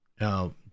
Now